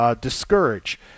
discourage